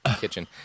Kitchen